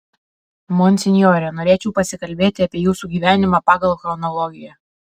monsinjore norėčiau pasikalbėti apie jūsų gyvenimą pagal chronologiją